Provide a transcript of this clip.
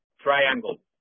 triangle